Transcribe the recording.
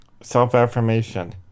Self-affirmation